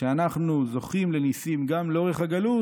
כשאנחנו זוכים לניסים גם לאורך הגלות,